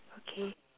okay